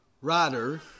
writer